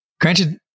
Granted